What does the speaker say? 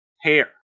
hair